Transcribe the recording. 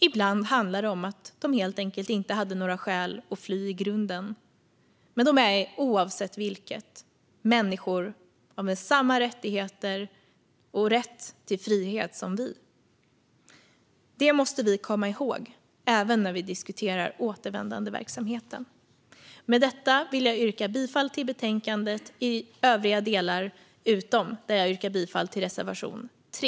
Ibland handlar det om att de helt enkelt inte hade några skäl att fly i grunden. Men de är oavsett vilket människor med samma rättigheter och rätt till frihet som vi. Det måste vi komma ihåg, även när vi diskuterar återvändandeverksamheten. Med detta vill jag yrka bifall till förslaget i betänkandet utom i den del där jag yrkar bifall till reservation 3.